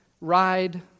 ride